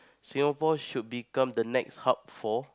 Singapore should become the next hub for